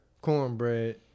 cornbread